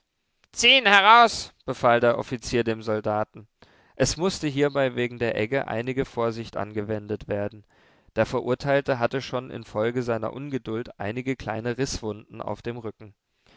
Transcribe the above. ihn heraus befahl der offizier dem soldaten es mußte hierbei wegen der egge einige vorsicht angewendet werden der verurteilte hatte schon infolge seiner ungeduld einige kleine rißwunden auf dem rücken